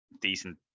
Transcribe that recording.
decent